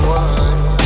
one